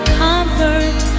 comfort